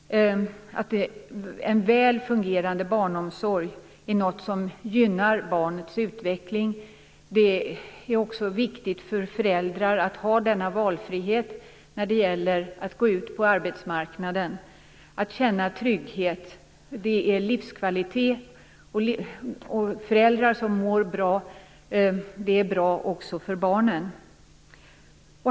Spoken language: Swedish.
En väl fungerande barnomsorg är något som gynnar barnets utveckling. Det är också viktigt för föräldrar att ha en valfrihet att gå ut på arbetsmarknaden och att känna trygghet. Det är livskvalitet. Föräldrar som mår bra är också bra för barnen.